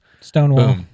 stonewall